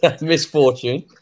misfortune